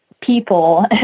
people